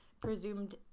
presumed